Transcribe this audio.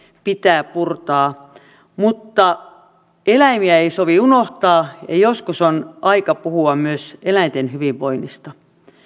pitää puurtaa mutta eläimiä ei sovi unohtaa ja joskus on aika puhua myös eläinten hyvinvoinnista